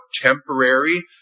temporary